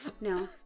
No